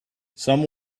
some